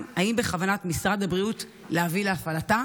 עד שאקבל לידיי את הרשימה,